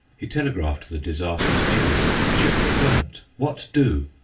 he telegraphed the disastrous news, ship burnt! what do?